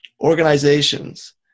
organizations